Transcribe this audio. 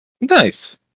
Nice